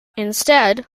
instead